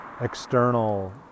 external